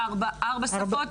ארבע שפות.